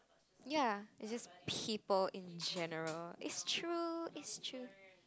ya it's just people in general it's true it's true